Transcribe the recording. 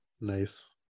nice